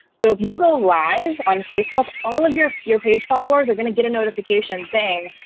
so if you go live on facebook, all of your your page followers are going to get a notification saying,